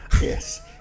yes